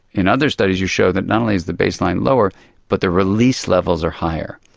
in other studies you show that not only is the baseline lower but the release levels are higher.